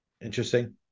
interesting